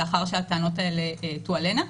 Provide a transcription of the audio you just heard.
לאחר שהטענות האלה תועלינה,